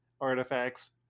artifacts